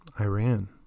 Iran